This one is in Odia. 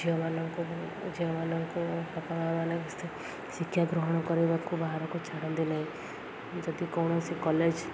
ଝିଅମାନଙ୍କୁ ଝିଅମାନଙ୍କୁ ବାପାମାନେ ଶିକ୍ଷା ଗ୍ରହଣ କରିବାକୁ ବାହାରକୁ ଛାଡ଼ନ୍ତିନାହିଁ ଯଦି କୌଣସି କଲେଜ୍